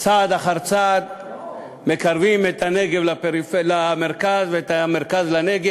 צעד אחר צעד מקרבים את הנגב למרכז ואת המרכז לנגב.